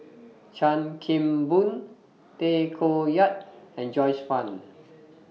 Chan Kim Boon Tay Koh Yat and Joyce fan